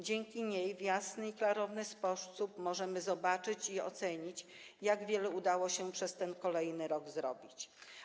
Dzięki niej w jasny i klarowny sposób możemy zobaczyć i ocenić, jak wiele udało się przez ten kolejny rok zrobić.